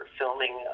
filming